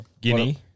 Guinea